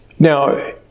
Now